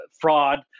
fraud